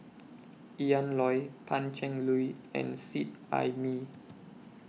Ian Loy Pan Cheng Lui and Seet Ai Mee